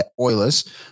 Oilers